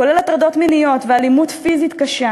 כולל הטרדות מיניות ואלימות פיזית קשה.